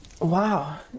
Wow